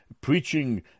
preaching